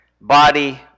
body